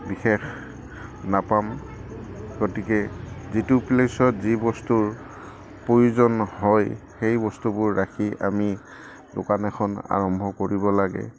বিশেষ নাপাম গতিকে যিটো প্লেছত যি বস্তুৰ প্ৰয়োজন হয় সেই বস্তুবোৰ ৰাখি আমি দোকান এখন আৰম্ভ কৰিব লাগে